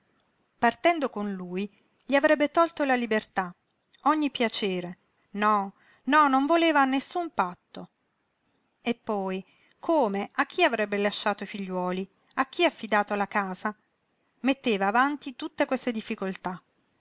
partendo con lui gli avrebbe tolto la libertà ogni piacere no no non voleva a nessun patto e poi come a chi avrebbe lasciato i figliuoli a chi affidato la casa metteva avanti tutte queste difficoltà